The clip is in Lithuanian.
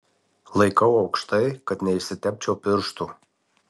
laikau aukštai kad neišsitepčiau pirštų